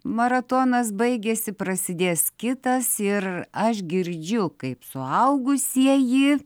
maratonas baigėsi prasidės kitas ir aš girdžiu kaip suaugusieji